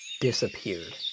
disappeared